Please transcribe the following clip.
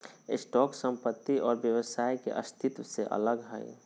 stock संपत्ति और व्यवसाय के अस्तित्व से अलग हइ